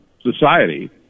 society